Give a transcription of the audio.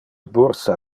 bursa